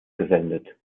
gesendet